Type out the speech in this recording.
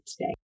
today